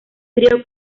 trío